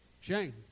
Shane